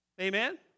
Amen